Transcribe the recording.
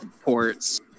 ports